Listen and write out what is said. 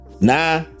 Nah